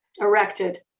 erected